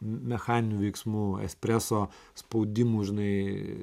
mechaninių veiksmų espreso spaudimu žinai